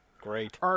Great